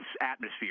atmosphere